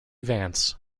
vance